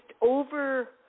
over